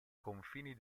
confini